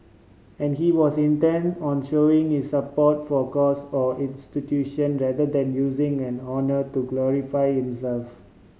and he was intent on showing his support for cause or institution rather than using and honour to glorify himself